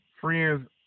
friends